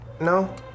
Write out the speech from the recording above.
No